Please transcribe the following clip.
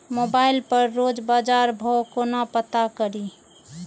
Mobile पर रोज बजार भाव कोना पता करि?